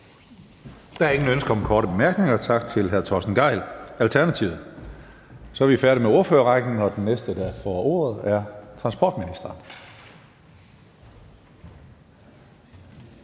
Der er ingen ønsker om korte bemærkninger, så tak til hr. Torsten Gejl, Alternativet. Så er vi færdige med ordførerrækken, og den næste, der får ordet, er transportministeren.